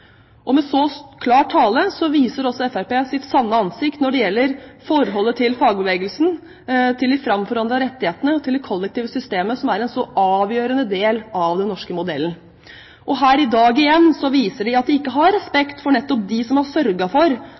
Med så klar tale viser også Fremskrittspartiet sitt sanne ansikt når det gjelder forholdet til fagbevegelsen, til de framforhandlede rettighetene og til det kollektive systemet som er en så avgjørende del av den norske modellen. Her i dag viser de igjen at de ikke har respekt for nettopp dem som har sørget for